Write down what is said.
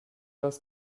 das